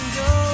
go